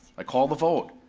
i call the vote.